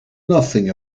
nothing